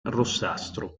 rossastro